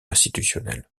institutionnels